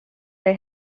they